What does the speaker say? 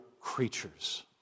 creatures